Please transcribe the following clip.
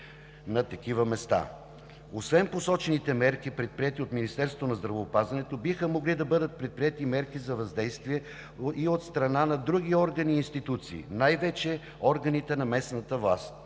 на такива места. Освен посочените мерки, предприети от Министерството на здравеопазването, биха могли да бъдат предприети и мерки за въздействие от страна на други органи и институции – най-вече органите на местната власт.